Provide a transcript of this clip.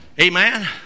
amen